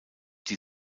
die